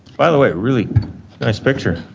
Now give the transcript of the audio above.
by the way, really nice picture.